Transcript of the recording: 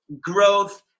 growth